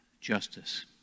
justice